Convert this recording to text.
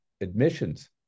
Admissions